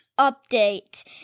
update